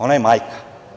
Ona je majka.